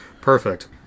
Perfect